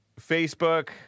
Facebook